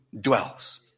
dwells